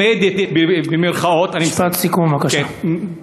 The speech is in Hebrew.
משפט סיכום, בבקשה.